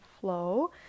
Flow